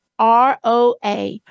ROA